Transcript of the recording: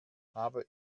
habe